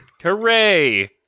Hooray